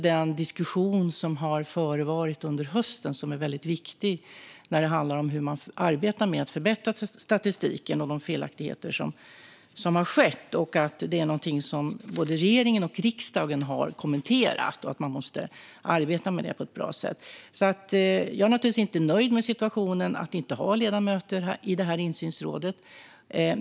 Den diskussion som har förevarit under hösten, som är viktig i fråga om hur statistiken förbättras och om de felaktigheter som har skett, är något som både regeringen och riksdagen har kommenterat. Man måste arbeta med dessa frågor på ett bra sätt. Jag är naturligtvis inte nöjd med att det inte finns ledamöter i insynsrådet.